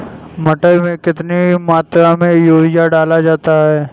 मटर में कितनी मात्रा में यूरिया डाला जाता है?